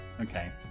okay